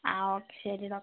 ആ ഓക്കേ ശരി ഡോക്ടർ